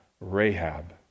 Rahab